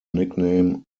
nickname